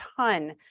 ton